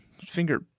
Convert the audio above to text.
finger